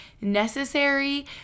necessary